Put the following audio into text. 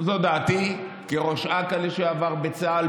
זו דעתי כראש אכ"א לשעבר בצה"ל,